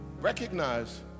recognize